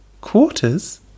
Quarters